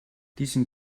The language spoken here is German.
diesen